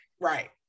right